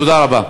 תודה רבה.